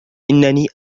إني